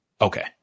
Okay